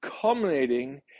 culminating